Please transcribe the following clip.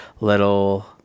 little